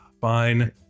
fine